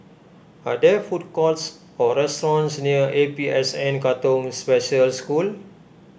are there food courts or restaurants near A P S N Katong Special School